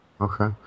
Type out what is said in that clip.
Okay